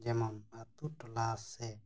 ᱡᱮᱢᱚᱱ ᱟᱹᱛᱩᱼᱴᱚᱞᱟ ᱥᱮ